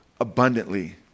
abundantly